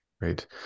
Right